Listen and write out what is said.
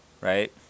right